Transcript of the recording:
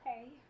Okay